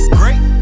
great